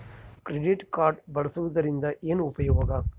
Credit card ಬಳಸುವದರಿಂದ ಏನು ಉಪಯೋಗ?